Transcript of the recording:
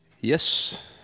Yes